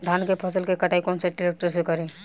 धान के फसल के कटाई कौन सा ट्रैक्टर से करी?